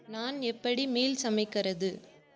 நான் எப்படி மீல் சமைக்கிறது